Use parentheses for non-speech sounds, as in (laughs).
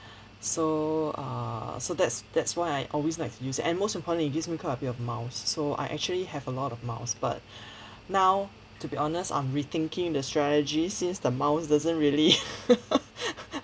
so err so that's that's why I always like to use it and most importantly it gives me quite a bit of miles so I actually have a lot of miles but now to be honest I'm rethinking the strategy since the miles doesn't really (laughs)